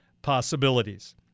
possibilities